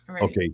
okay